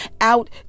out